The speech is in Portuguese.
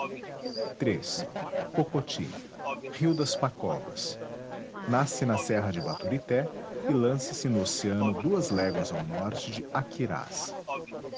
iii pocoty rio das pacobas nasce na serra de baturité e lança se no oceano duas léguas ao norte de aquirás